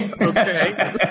Okay